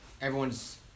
everyone's